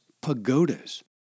pagodas